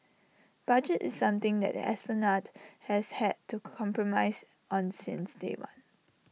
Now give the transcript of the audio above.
budget is something that the esplanade has had to compromise on since day one